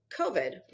COVID